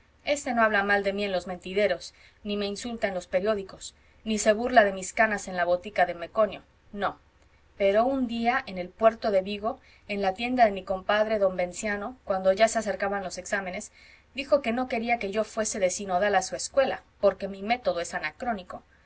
este no habla mal de mí en los mentideros ni me insulta en los periódicas ni se burla de mis canas en la botica de meconio no pero un día en el puerto de vigo en la tienda de mi compadre don venancio cuando ya se acercaban los exámenes dijo que no quería que yo fuese de sinodal a su escuela porque mi método es anacrónico